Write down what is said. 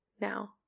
Now